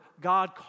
God